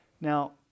Now